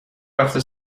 رفته